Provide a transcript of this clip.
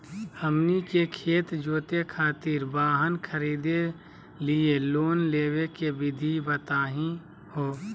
हमनी के खेत जोते खातीर वाहन खरीदे लिये लोन लेवे के विधि बताही हो?